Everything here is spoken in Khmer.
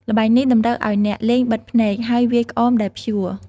ល្បែងនេះតម្រូវឲ្យអ្នកលេងបិទភ្នែក ហើយវាយក្អមដែលព្យួរ។